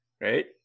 Right